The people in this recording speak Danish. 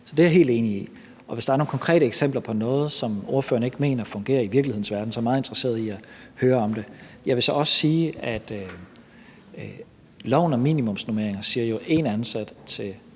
Så det er jeg helt enig i. Og hvis der er nogle konkrete eksempler på noget, som ordføreren ikke mener fungerer i virkelighedens verden, er jeg meget interesseret i at høre om det. Jeg vil så også sige, at loven om minimumsnormeringer siger én ansat til